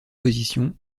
position